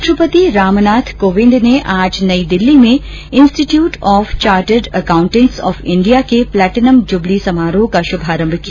राष्ट्रपति रामनाथ कोविंद ने आज नई दिल्ली में institute of chartered accountants of India के प्लैटिनम जुबली समारोह का शुभारंभ किया